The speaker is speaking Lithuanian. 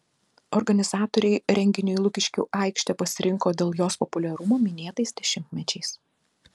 organizatoriai renginiui lukiškių aikštę pasirinko dėl jos populiarumo minėtais dešimtmečiais